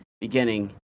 beginning